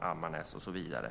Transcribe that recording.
Ammarnäs och så vidare.